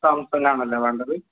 സാംസങ്ങാണല്ലേ വേണ്ടത്